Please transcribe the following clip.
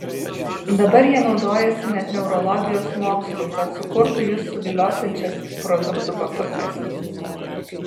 dabar jie naudojasi net neurologijos mokslu kad sukurtų jus suviliosiančias produktų pakuotes